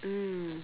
mm